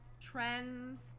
trends